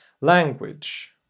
language